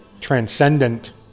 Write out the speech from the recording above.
transcendent